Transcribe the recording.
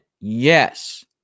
Yes